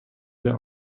der